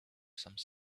some